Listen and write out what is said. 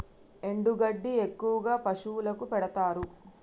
ఎండు గడ్డి ఎక్కువగా పశువులకు పెడుతారు